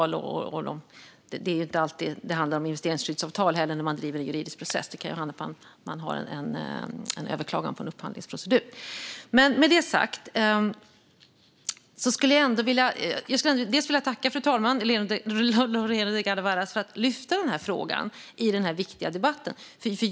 Och det är inte alltid det handlar om investeringsskyddsavtal när man driver en juridisk process, utan det kan handla om att man har ett överklagande i en upphandlingsprocedur. Fru talman! Med det sagt skulle jag vilja tacka Lorena Delgado Varas för att hon lyfter frågan i den här viktiga debatten.